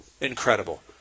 Incredible